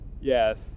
Yes